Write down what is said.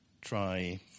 try